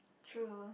true